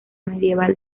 medieval